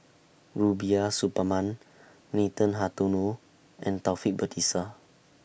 Rubiah Suparman Nathan Hartono and Taufik Batisah